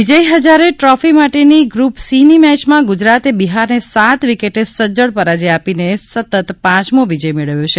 વિજય Hazare trophy માટેની group સીની મેયમાં ગુજરાતે બિહારને સાત વિકેટે સજ્જડ પરાજય આપીને સતત પાંચમો વિજય મેળવ્યો છે